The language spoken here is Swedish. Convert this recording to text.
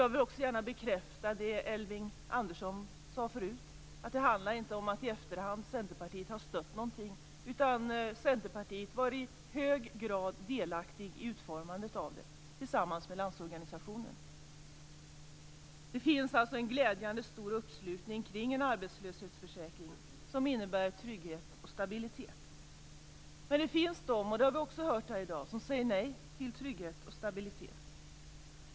Jag vill gärna bekräfta det Elving Andersson sade förut: Det handlar inte om att Centerpartiet i efterhand har stött någonting, utan Centerpartiet var i hög grad delaktigt i utformandet av detta tillsammans med Landsorganisationen. Det finns alltså en glädjande stor uppslutning kring en arbetslöshetsförsäkring som innebär trygghet och stabilitet. Men det finns de, och det har vi också hört här i dag, som säger nej till trygghet och stabilitet.